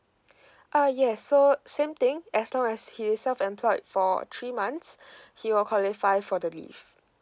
uh yes so same thing as long as he is self employed for three months he will qualify for the leave